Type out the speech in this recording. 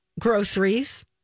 groceries